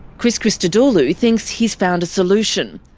chris christodoulou thinks he's found a solution.